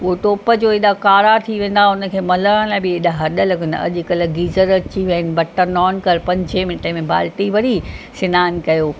उहे टोप जो हेॾा कारा थी वेंदा हुनखे मलण लाइ बि हेॾा हॾ लॻंदा अॼुकल्ह गीज़र अची विया आहिनि बटन ऑन कर पंजे मिन्टे में बाल्टी भरी सनानु कयो